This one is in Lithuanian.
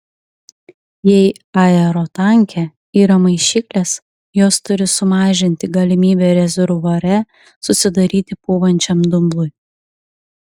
jei aerotanke yra maišyklės jos turi sumažinti galimybę rezervuare susidaryti pūvančiam dumblui